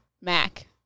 Mac